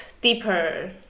deeper